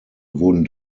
wurden